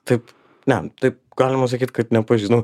taip ne taip galima sakyti kad nepažįs nu